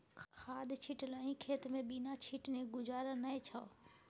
खाद छिटलही खेतमे बिना छीटने गुजारा नै छौ